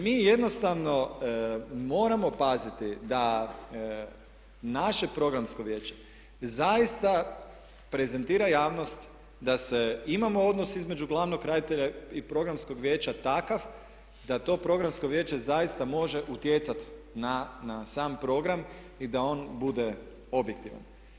Mi jednostavno moramo paziti da naše Programsko vijeće zaista prezentira javnost da se, imamo odnos između glavnog ravnatelja i Programskog vijeća takav da to programsko vijeće zaista može utjecati na sam program i da on bude objektivan.